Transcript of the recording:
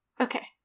okay